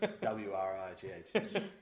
W-R-I-G-H